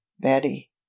betty